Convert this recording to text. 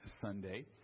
Sunday